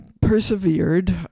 persevered